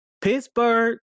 Pittsburgh